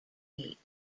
weight